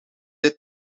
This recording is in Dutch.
dit